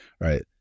right